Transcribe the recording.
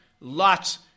lots